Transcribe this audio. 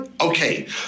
Okay